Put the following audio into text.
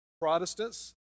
Protestants